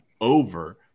over